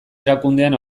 erakundean